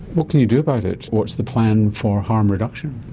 what can you do about it, what's the plan for harm reduction?